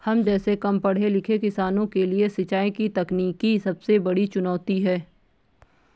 हम जैसै कम पढ़े लिखे किसानों के लिए सिंचाई की तकनीकी सबसे बड़ी चुनौती है